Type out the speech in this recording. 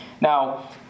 Now